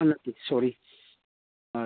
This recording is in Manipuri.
ꯅꯠꯇꯦ ꯁꯣꯔꯤ ꯑꯥ